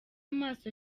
maso